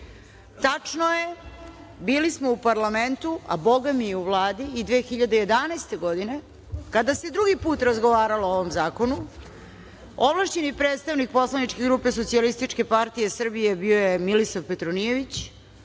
je, bili smo u parlamentu, a bogami i u Vladi i 2011. godine, kada se drugi put razgovaralo o ovom zakonu. Ovlašćeni predstavnik poslaničke grupe SPS bio je Milisav Petronijević,